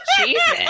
Jesus